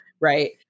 Right